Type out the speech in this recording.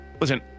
Listen